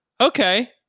Okay